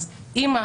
אז אימא